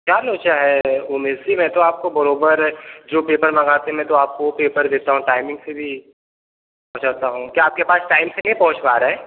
क्या लोचा है उमेश जी मैं आपको बराबर जो पेपर मगाते मैं तो आपको पेपर देता हूँ टाइमिंग से भी पहुँचाता हूँ क्या आपके पास टाइम से नहीं पहुँच पा रहा है